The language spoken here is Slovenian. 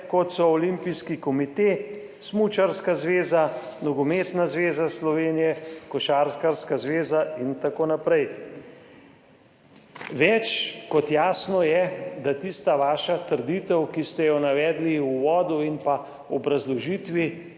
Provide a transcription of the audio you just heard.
kot so Olimpijski komite, Smučarska zveza, Nogometna zveza Slovenije, Košarkarska zveza itn. Več kot jasno je, da tista vaša trditev, ki ste jo navedli v uvodu in pa v obrazložitvi,